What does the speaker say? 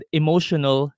emotional